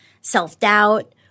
self-doubt